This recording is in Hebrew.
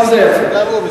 גם זה יפה לך.